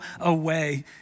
away